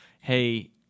hey